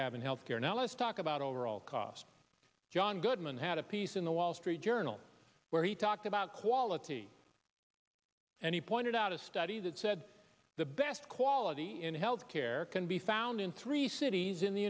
have in health care now let's talk about overall cost john goodman had a piece in the wall street journal where he talked about quality and he pointed out a study that said the best quality in health care can be found in three cities in the